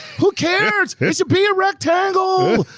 who cares! it should be a rectangle!